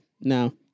No